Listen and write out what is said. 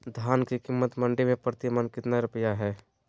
धान के कीमत मंडी में प्रति मन कितना रुपया हाय?